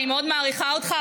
אני מאוד מעריכה אותך,